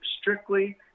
strictly